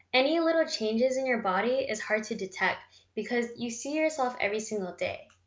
any little changes in your body is hard to detect because you see yourself every single day.